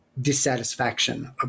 dissatisfaction